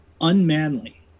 unmanly